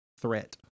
threat